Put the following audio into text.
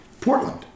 Portland